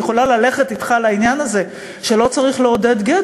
אני יכולה ללכת אתך לעניין הזה שלא צריך לעודד גט,